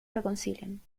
reconcilian